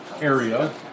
area